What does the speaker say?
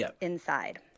inside